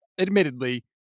admittedly